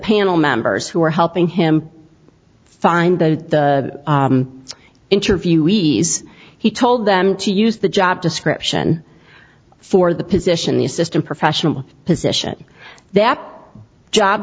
panel members who were helping him find interviewees he told them to use the job description for the position the assistant professional position that job